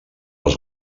als